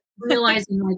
realizing